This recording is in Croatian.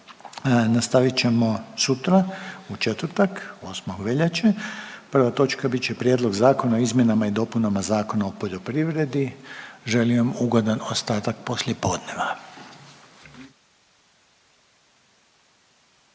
Nastavit ćemo sutra u četvrtak 8. veljače. Prva točka bit će Prijedlog zakona o izmjenama i dopunama Zakona o poljoprivredi. Želim vam ugodan ostatak poslijepodneva.